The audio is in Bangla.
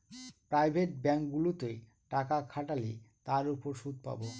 প্রাইভেট ব্যাঙ্কগুলোতে টাকা খাটালে তার উপর সুদ পাবো